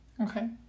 okay